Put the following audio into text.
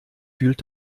fühlt